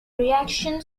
reaction